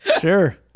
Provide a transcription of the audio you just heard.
Sure